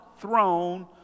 throne